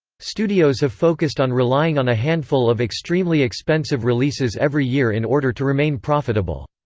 studios have focused on relying on a handful of extremely expensive releases every year in order to remain profitable.